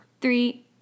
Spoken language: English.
Three